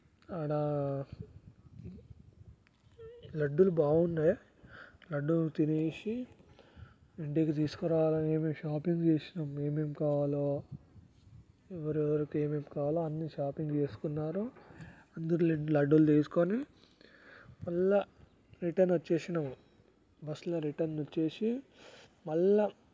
అక్కడ లడ్డులు బాగున్నాయి లడ్డు తినేసి ఇంటికి తీసుకొని రావాలని చెప్పేసి షాపింగ్ చేసినం ఏమేమి కావాలో ఎవరెవరికి ఏమేం కావాలో అన్ని షాపింగ్ చేసుకున్నారు అందరూ లడ్డులు తీసుకొని మళ్ళా రిటర్న్ వచ్చేసినాము బస్సులో రిటర్న్ వచ్చేసి మళ్ళీ